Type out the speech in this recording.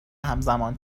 همزمان